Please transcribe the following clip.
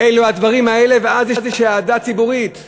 אלה הדברים האלה, ואז יש אהדה ציבורית.